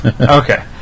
Okay